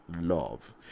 love